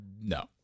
No